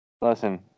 Listen